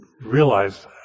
realize